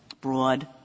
broad